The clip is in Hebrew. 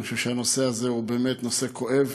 אני חושב שהנושא הזה הוא באמת נושא כואב,